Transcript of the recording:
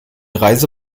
reise